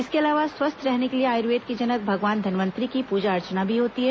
इसके अलावा स्वस्थ्य रहने के लिए आयुर्वेद के जनक भगवान धनवंतरी की पूजा अर्चना भी होती है